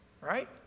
right